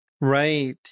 Right